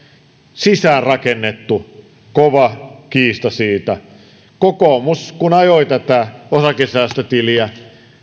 sisäänrakennettu kova kiista siitä kokoomus kun ajoi tätä osakesäästötiliä